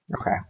Okay